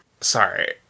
sorry